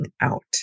out